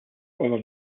other